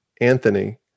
anthony